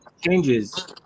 changes